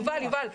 יובל,